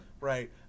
right